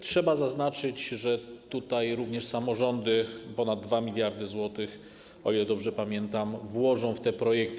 Trzeba zaznaczyć, że tutaj również samorządy ponad 2 mld zł, o ile dobrze pamiętam, włożą w te projekty.